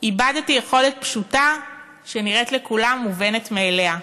איבדתי יכולת פשוטה שנראית לכולם מובנת מאליה,